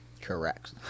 correct